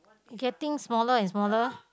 getting smaller and smaller